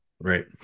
Right